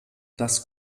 das